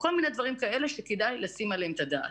כל מיני דברים כאלה שכדאי לתת עליהם את הדעת.